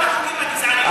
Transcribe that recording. כל החוקים הגזעניים,